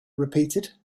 repeated